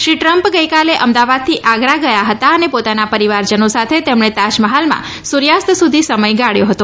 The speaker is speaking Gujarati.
શ્રી ટ્રમ્પ ગઇકાલે અમદાવાદથી આગરા ગયા હતા અને પોતાના પરિવારજનો સાથે તેમણે તાજમહાલમાં સૂર્યાસ્ત સુધી સમય ગાળ્યો હતો